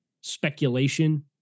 speculation